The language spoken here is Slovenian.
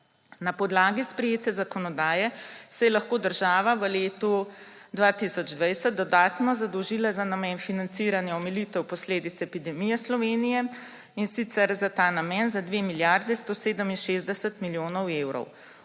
Na podlagi sprejete zakonodaje se je lahko država v letu 2020 dodatno zadolžila za namen financiranja omilitev posledic epidemije, in sicer za ta namen za 2 milijardi 167 milijonov evrov.